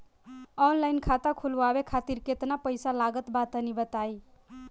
Online खाता खूलवावे खातिर केतना पईसा लागत बा तनि बताईं?